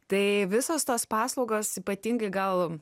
tai visos tos paslaugos ypatingai gal